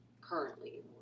currently